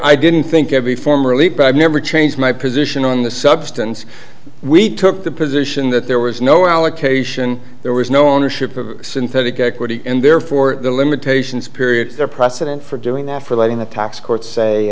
i didn't think of the former lead but i've never changed my position on the substance we took the position that there was no allocation there was no ownership of synthetic equity and therefore the limitations period there precedent for doing that for letting the tax court say